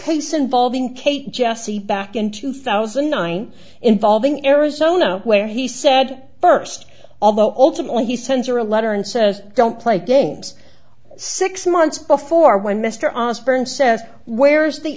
case involving kate jesse back in two thousand and nine involving arizona where he said first although ultimately he sends her a letter and says don't play games six months before when mr osbourne says where's the